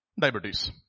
Diabetes